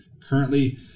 Currently